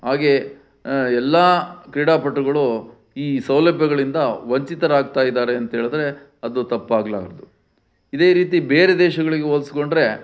ಹಾಗೇ ಎಲ್ಲ ಕ್ರೀಡಾಪಟುಗಳು ಈ ಸೌಲಭ್ಯಗಳಿಂದ ವಂಚಿತರಾಗ್ತಾಯಿದ್ದಾರೆ ಅಂತ ಹೇಳಿದ್ರೆ ಅದು ತಪ್ಪಾಗಲಾರ್ದು ಇದೇ ರೀತಿ ಬೇರೆ ದೇಶಗಳಿಗೆ ಹೋಲಿಸ್ಕೊಂಡ್ರೆ